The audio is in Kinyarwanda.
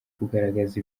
kugaragaza